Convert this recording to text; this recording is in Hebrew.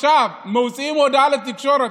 עכשיו מוציאים הודעה לתקשורת.